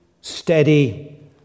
steady